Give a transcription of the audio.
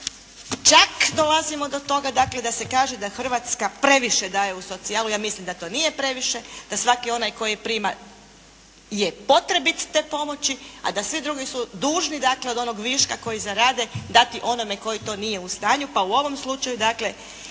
Čak dolazimo do toga da se kaže da Hrvatska previše daje u socijalu. Ja mislim da to nije previše. Da svaki onaj koji je prima je potrebit te pomoći, a da svi drugi su dužni dakle od onog viška koji zarade dati onome koji to nije u stanju. Pa u ovom slučaju